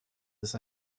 ist